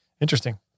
Interesting